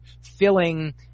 filling